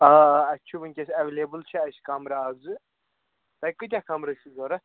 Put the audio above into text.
آ آ اَسہِ چھِ وُنکیٚس ایٚولِیبُل چھِ اَسہِ کَمرٕ اَکھ زٕ تۅہہِ کٕتیٛاہ کَمرٕ چھِ ضروٗرَت